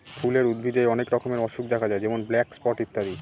ফুলের উদ্ভিদে অনেক রকমের অসুখ দেখা যায় যেমন ব্ল্যাক স্পট ইত্যাদি